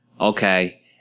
okay